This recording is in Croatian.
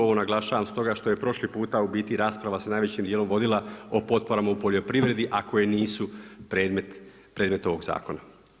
Ovo naglašavam stoga što je prošli puta u biti rasprava se najvećim dijelom vodila o potporama u poljoprivredi, a koje nisu predmet ovog zakona.